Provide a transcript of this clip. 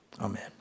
Amen